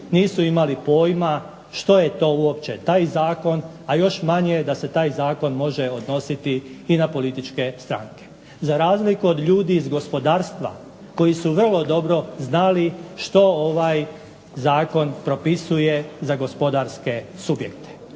nisu imali pojma što je to uopće taj zakon, a još manje da se taj zakon može odnositi i na političke stranke, za razliku od ljudi iz gospodarstva, koji su vrlo dobro znali što ovaj zakon propisuje za gospodarske subjekte.